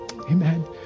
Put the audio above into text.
Amen